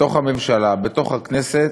בתוך הממשלה, בתוך הכנסת,